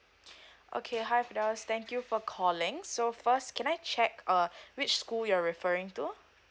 okay hi firdaus thank you for calling so first can I check uh which school you're referring to